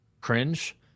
cringe